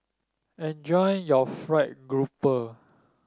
enjoy your fried grouper